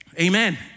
Amen